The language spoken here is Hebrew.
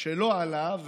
שלא עלה,